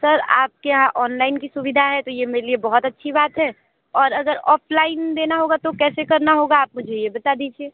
sir आपके यहाँ online की सुविधा है तो यह मेरे लिए बहुत अच्छी बात है और अगर ऑफलाइन देना होगा तो कैसे करना होगा आप मुझे यह बता दीजिए